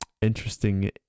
Interesting